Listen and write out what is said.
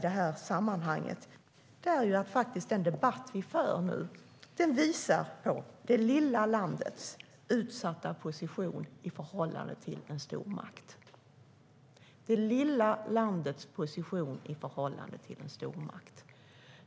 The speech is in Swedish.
Den debatt vi nu för visar på det lilla landets utsatta position i förhållande till en stormakt.